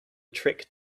trick